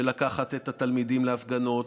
על לקחת את התלמידים להפגנות.